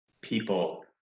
people